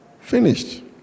finished